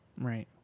right